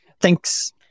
Thanks